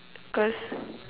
because